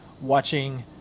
watching